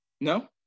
No